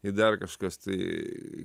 į dar kažkas tai